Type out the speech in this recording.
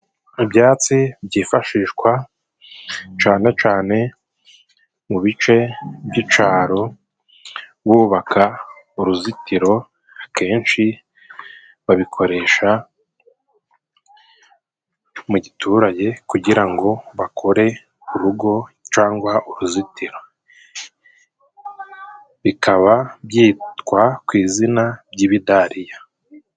Ibyatsi byifashishwa cane cane mu bice by'icaro bubaka uruzitiro, akenshi babikoresha mu giturage kugira ngo bakore urugo cangwa uruzitiro, bikaba byitwa ku izina ry'ibidaririya.